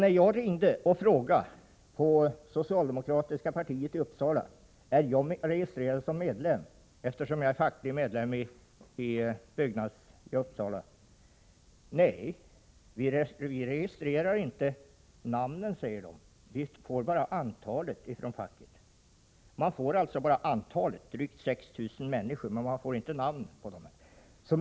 När jag ringde till socialdemokratiska partiet i Uppsala och frågade om jag var registrerad som medlem, eftersom jag var facklig medlem i Byggnads i Uppsala, fick jag till svar: Vi registrerar inte namnen, vi får bara antalet från facket. — Man får alltså bara uppgift om antalet, drygt 6 000 människor, men inte namnet på dem.